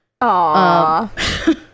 Aw